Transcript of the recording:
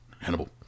Hannibal